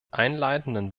einleitenden